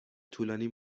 طولانی